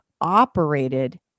operated